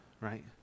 right